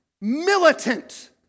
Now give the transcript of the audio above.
militant